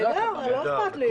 לא אכפת לי.